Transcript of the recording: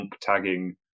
tagging